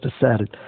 decided